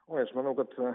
oi aš manau kad